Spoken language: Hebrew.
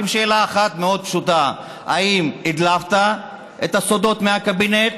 עם שאלה אחת מאוד פשוטה: האם הדלפת את הסודות מהקבינט